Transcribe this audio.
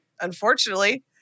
unfortunately